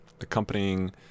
accompanying